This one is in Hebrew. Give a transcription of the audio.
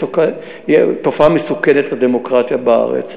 תופעה מסוכנת לדמוקרטיה בארץ.